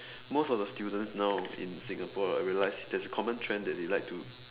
most of the students now in Singapore I realize there's a common trend that they like to